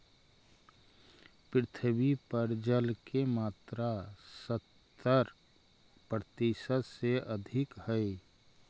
पृथ्वी पर जल के मात्रा सत्तर प्रतिशत से अधिक हई